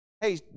hey